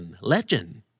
legend